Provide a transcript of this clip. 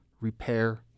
repair